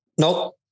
Nope